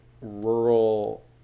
rural